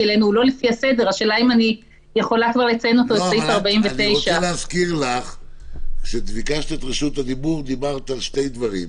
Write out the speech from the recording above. לגבינו בסעיף 49. אני רוצה להזכיר לך שדיברת על שני דברים.